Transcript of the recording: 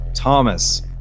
Thomas